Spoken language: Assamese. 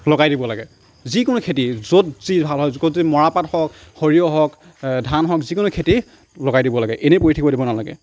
লগাই দিব লাগে যিকোনো খেতি য'ত যি ভাল হয় ক'ৰবাত মৰাপাট হওক সৰিয়হ হওক এই ধান হওক যিকোনো খেতি লগাই দিব লাগে এনেই পৰি থাকিব দিব নালাগে